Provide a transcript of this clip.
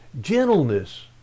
gentleness